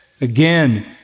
again